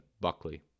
Buckley